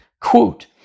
quote